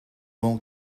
won’t